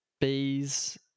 bees